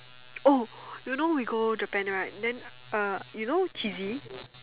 oh you know we go Japan right then uh you know cheesy